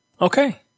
Okay